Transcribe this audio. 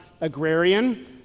agrarian